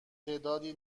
تعدادی